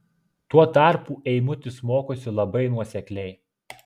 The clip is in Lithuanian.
tuo tarpu eimutis mokosi labai nuosekliai